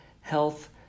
health